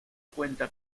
cuenta